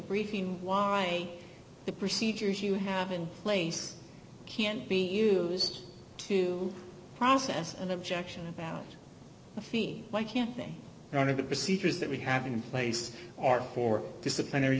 briefing why the procedures you have in place can be used to process an objection about the fee why can't they wanted to procedures that we have in place are for disciplinary